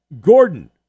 Gordon